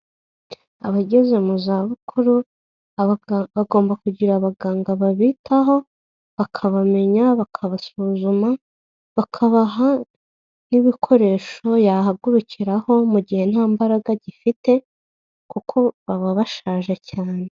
Abageze mu zabukuru bagomba kugira abaganga, babitaho bakabamenya bakabasuzuma bakabaha n'ibikoresho yahagurukiraho mu gihe nta mbaraga gifite kuko baba bashaje cyane.